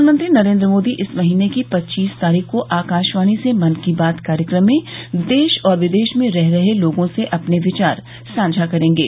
प्रधानमंत्री नरेन्द्र मोदी इस महीने की पच्चीस तारीख को आकाशवाणी से मन की बात कार्यक्रम में देश और विदेश में रह रहे लोगों से अपने विचार साझा करेंगे